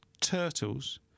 turtles